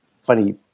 funny